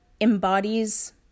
embodies